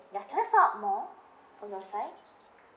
ya can I find out more on your side